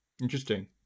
Interesting